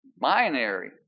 binary